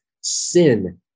sin